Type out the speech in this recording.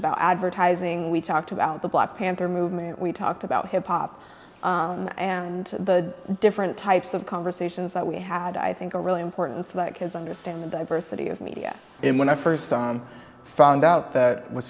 about advertising we talked about the black panther movement we talked about hip hop and the different types of conversations that we had i think are really important so that kids understand the diversity of media and when i first found out that was